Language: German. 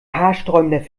haarsträubender